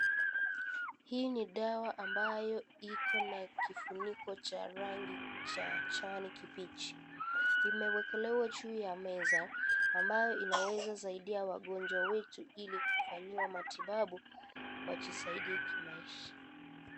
Hiki ni dawa ambayo iko na kifuniko cha rangi ya kijani kibichi , imewekelewa juu ya meza ambayo inaeza saidia wagonjwa wetu ili kufanyiwa matibabu wajisaidie.